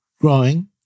growing